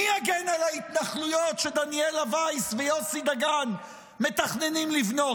מי יגן על ההתנחלויות שדניאל וייס ויוסי דגן מתכננים לבנות?